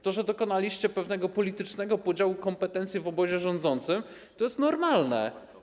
To, że dokonaliście pewnego politycznego podziału kompetencji w obozie rządzącym, jest normalne.